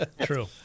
True